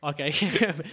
okay